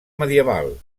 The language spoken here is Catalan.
medieval